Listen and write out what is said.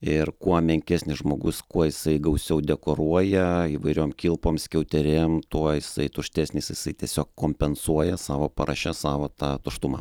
ir kuo menkesnis žmogus kuo jisai gausiau dekoruoja įvairiom kilpom skiauterėm tuo jisai tuštesnis jisai tiesiog kompensuoja savo paraše savo tą tuštumą